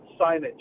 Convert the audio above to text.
signage